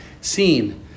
seen